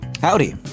Howdy